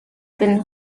been